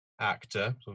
actor